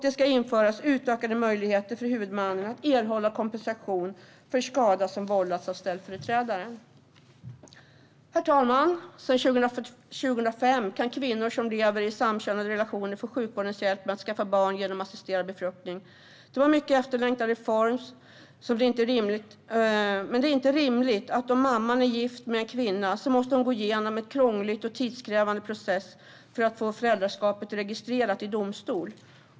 Det bör införas utökade möjligheter för huvudmannen att erhålla kompensation för skada som har vållats av ställföreträdare. Herr talman! Sedan 2005 kan kvinnor som lever i samkönade relationer få sjukvårdens hjälp att skaffa barn genom assisterad befruktning. Det var en mycket efterlängtad reform. Det är dock inte rimligt att den mamma som är gift med en kvinna måste gå igenom en krånglig och tidskrävande process för att få föräldraskapet registrerat i domstol.